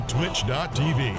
Twitch.tv